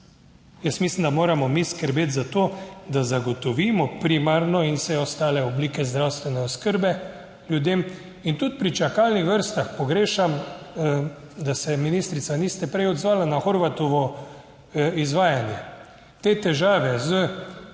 Jaz mislim, da moramo mi skrbeti za to, da zagotovimo primarno in vse ostale oblike zdravstvene oskrbe ljudem. In tudi pri čakalnih vrstah pogrešam, da se, ministrica, niste prej odzvala na Horvatovo izvajanje. Te težave z